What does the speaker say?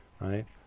right